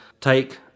take